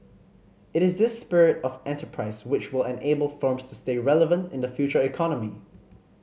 it is this spirit of enterprise which will enable firms to stay relevant in the future economy